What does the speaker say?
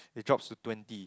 it drops to twenty